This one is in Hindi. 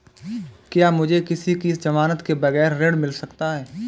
क्या मुझे किसी की ज़मानत के बगैर ऋण मिल सकता है?